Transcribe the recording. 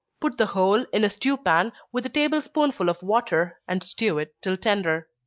put the whole in a stew pan, with a table spoonful of water, and stew it till tender.